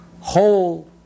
whole